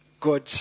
God